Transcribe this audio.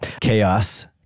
chaos